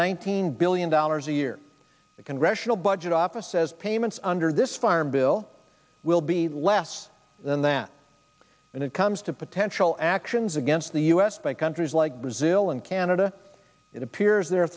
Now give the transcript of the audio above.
hundred billion dollars a year the congressional budget office says payments under this farm bill will be less than that when it comes to potential actions against the u s by countries like brazil and canada it appears they're